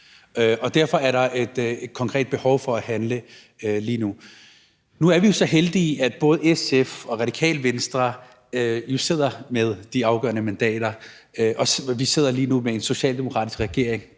Derfor er der et konkret behov for at handle lige nu. Nu er vi jo så heldige, at SF og Radikale Venstre sidder med de afgørende mandater, og vi sidder lige nu med en socialdemokratisk regering,